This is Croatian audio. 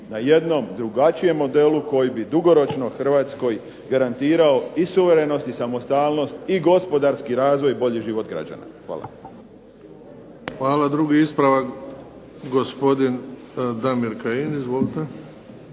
na jednom drugačijem modelu koji bi dugoročno Hrvatskoj garantirao i suverenost i samostalnost i gospodarski razvoj i bolji život građana. Hvala. **Bebić, Luka (HDZ)** Hvala. Drugi ispravak, gospodin Damir Kajin. Izvolite.